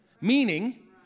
Meaning